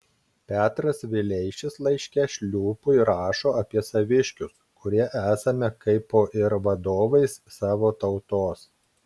petras vileišis laiške šliūpui rašo apie saviškius kurie esame kaipo ir vadovais savo tautos